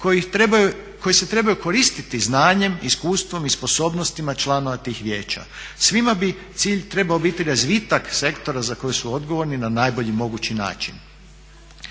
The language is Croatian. koji se trebaju koristiti znanjem, iskustvom i sposobnostima članova tih vijeća. Svima bi cilj trebao biti razvitak sektora za koji su odgovorni na najbolji mogući način.